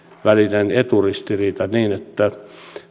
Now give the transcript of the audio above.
välinen eturistiriita niin että